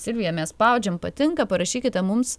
silvija mes spaudžiam patinka parašykite mums